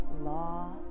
law